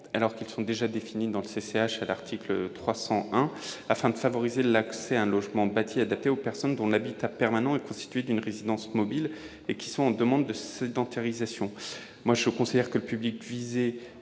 code de la construction et de l'habitation, afin de favoriser l'accès à un logement bâti et adapté aux personnes dont l'habitat permanent est constitué d'une résidence mobile et qui sont en demande de sédentarisation. Je considère que le public visé